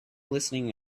listening